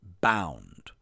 bound